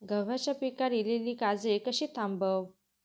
गव्हाच्या पिकार इलीली काजळी कशी थांबव?